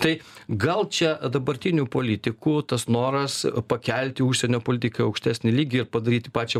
tai gal čia dabartinių politikų tas noras pakelti užsienio politiką į aukštesnį lygį ir padaryti pačią